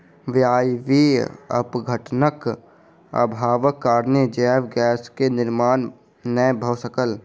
अवायवीय अपघटनक अभावक कारणेँ जैव गैस के निर्माण नै भअ सकल